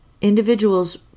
individuals